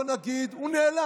או בואו נגיד שהוא נעלם,